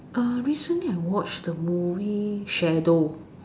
uh recently I watch the movie shadow